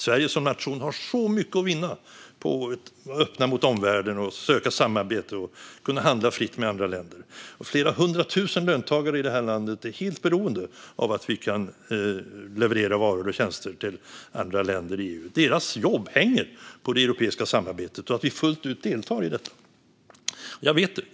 Sverige som nation har så mycket att vinna på att vara öppen mot omvärlden, söka samarbete, handla fritt med andra länder. Flera hundra tusen löntagare i landet är helt beroende av att Sverige kan leverera varor och tjänster till andra länder i EU. Deras jobb hänger på det europeiska samarbetet och att vi fullt ut deltar i detta.